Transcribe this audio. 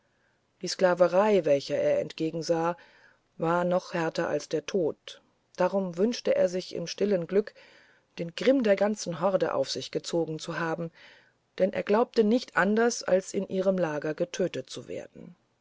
die sklaverei welcher er entgegensah war noch härter als der tod darum wünschte er sich im stillen glück den grimm der ganzen horde auf sich gezogen zu haben denn er glaubte nicht anders als in ihrem lager getötet zu werden